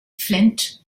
flint